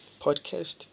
podcast